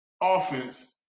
offense